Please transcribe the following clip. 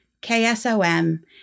K-S-O-M